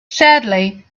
sadly